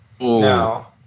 Now